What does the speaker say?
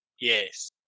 Yes